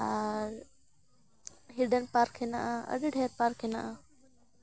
ᱟᱨ hidden park ᱦᱮᱱᱟᱜᱼᱟ ᱟᱹᱰᱤ ᱰᱷᱮᱨ ᱯᱟᱨᱠ ᱦᱮᱱᱟᱜᱼᱟ